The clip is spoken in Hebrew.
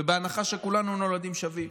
ובהנחה שכולנו נולדים שווים.